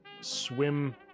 swim